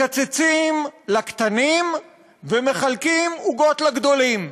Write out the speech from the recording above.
מקצצים לקטנים ומחלקים עוגות לגדולים.